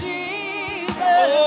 Jesus